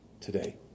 today